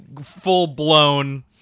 full-blown